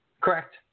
Correct